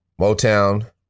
Motown